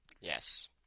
Yes